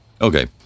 Okay